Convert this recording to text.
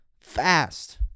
fast